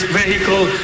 vehicle